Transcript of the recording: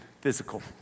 Physical